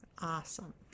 Awesome